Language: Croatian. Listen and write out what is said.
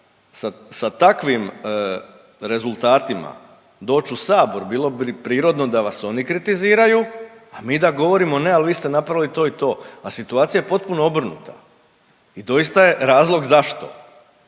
sa takvim rezultatima doći u sabor bilo bi prirodno da vas oni kritiziraju, a mi da govorimo ne ali vi ste napravili to i to, a situacija je potpuno obrnuta. I doista je razlog zašto